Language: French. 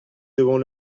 devant